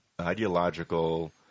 ideological